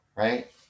Right